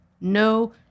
no